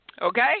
Okay